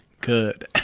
Good